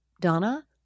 Donna